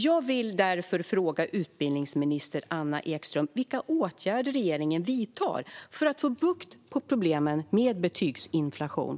Jag vill därför fråga utbildningsminister Anna Ekström vilka åtgärder regeringen vidtar för att få bukt med problemen med betygsinflation.